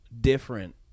different